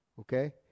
okay